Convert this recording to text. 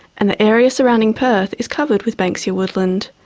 and the area surrounding perth is covered with banksia woodland,